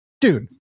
Dude